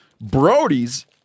Brody's